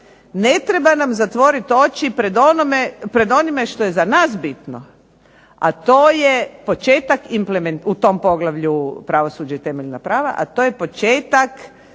ne treba nam zatvorit oči pred onim što je za nas bitno, a to je početak, u tom